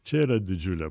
čia yra didžiulė